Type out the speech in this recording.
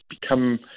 become –